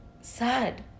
Sad